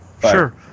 sure